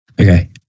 Okay